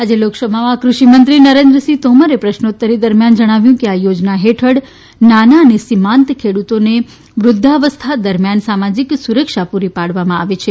આજે લોકસભામાં કૃષિમંત્રી નરેન્દ્રસિંહ તોમરે પ્રશ્નોત્તરી દરમિયાન જણાવ્યું કે આ યોજના હેઠળ નાના અને સીમાંત ખેડૂતોને વૃદ્વાવસ્થા દરમિયાન સામાજીક સુરક્ષા પૂરી પાડવામાં આવે છે